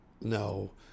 No